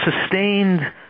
sustained